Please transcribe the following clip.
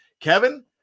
Kevin